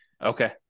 Okay